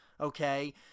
okay